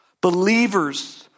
believers